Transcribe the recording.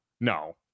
no